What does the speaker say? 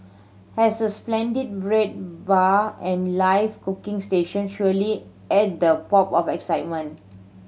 as a splendid bread bar and live cooking stations surely add the pop of excitement